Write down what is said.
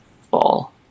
fall